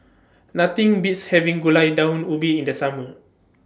Nothing Beats having Gulai Daun Ubi in The Summer